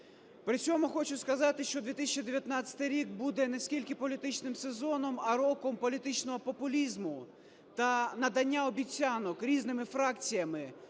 При цьому хочу сказати, що 2019 рік буде не стільки політичним сезоном, а роком політичного популізму та надання обіцянок різними фракціями